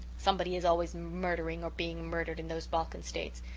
somebody is always murdering or being murdered in those balkan states.